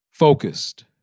Focused